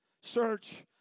search